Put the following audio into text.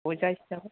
बजासेयाव